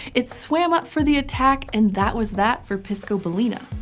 it swam up for the attack, and that was that for piscobalaena.